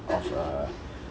of a